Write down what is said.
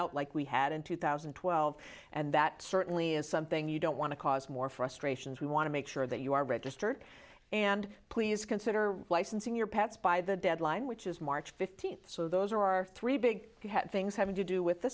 out like we had in two thousand and twelve and that certainly is something you don't want to cause more frustrations we want to make sure that you are registered and please consider licensing your pets by the deadline which is march fifteenth so those are our three big things having to do